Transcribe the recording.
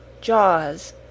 jaws